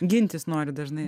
gintis nori dažnai